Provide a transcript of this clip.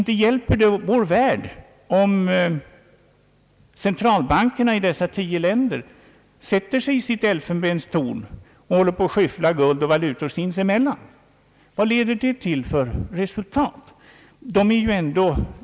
Inte hjälper det vår värld om centralbankerna inom tioländergruppen sätter sig i sitt elfenbenstorn och skyfflar guld och valutor sinsemellan. Vilket resultat leder det till?